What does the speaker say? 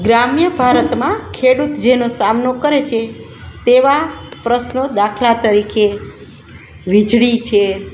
ગ્રામ્ય ભારતમાં ખેડૂત જેનો સામનો કરે છે તેવા પ્રશ્નો દાખલા તરીકે વીજળી છે